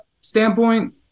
standpoint